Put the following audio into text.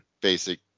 basic